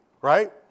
right